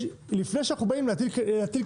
לפני שאנחנו באים להטיל קנס.